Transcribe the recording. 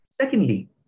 Secondly